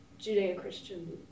Judeo-Christian